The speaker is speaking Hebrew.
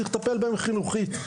צריך לטפל בה חינוכית.